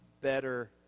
better